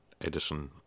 Edison